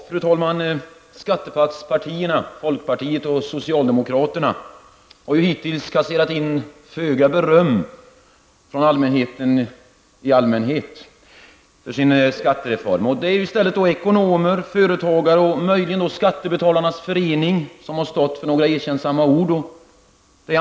Fru talman! Skattepaktspartierna, folkpartiet och socialdemokraterna har hittills kunnat kassera in föga beröm av väljarna i allmänhet för sin skattereform. Det är i stället ekonomer, företagare och möjligen Skattebetalarnas förening som stått för några erkännsamma ord.